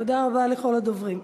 תודה רבה לכל הדוברים.